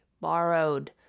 borrowed